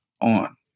on